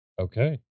Okay